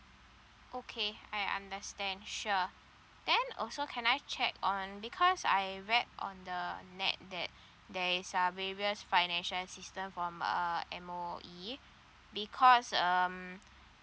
okay I understand sure then also can I check on because I read on the net that there is uh various financial system form a uh M_O_E because um